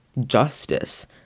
justice